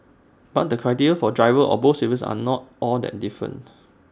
but the criteria for drivers of both services are not all that different